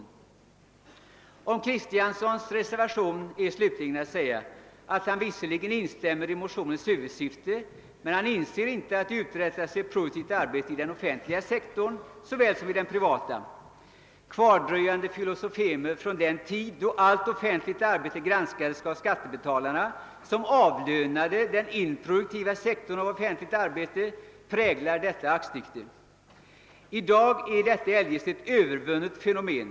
Om herr Axel Kristianssons särskilda yttrande vill jag säga att han visserligen instämmer i motionärernas huvudsyfte men att han inte inser att det inom den offentliga sektorn lika väl som inom den privata uträttas ett produktivt arbete. Kvardröjande filosofemer från den tid då allt offentligt arbete granskades av »skattebetalarna», som bestred kostnaderna för det improduktiva arbetet inom den offentliga sektorn, präglar herr Kristianssons aktstycke. I dag är denna inställning eljest ett övervunnet fenomen.